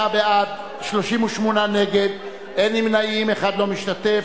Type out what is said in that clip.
47 בעד, 38 נגד, אין נמנעים, אחד לא משתתף.